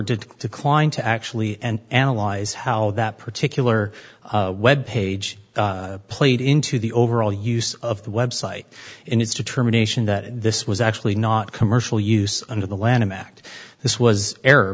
did decline to actually and analyze how that particular web page played into the overall use of the website in its determination that this was actually not commercial use under the lanham act this was error